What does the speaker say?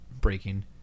breaking